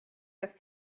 dass